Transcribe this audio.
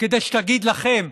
כדי שתגיד לכם,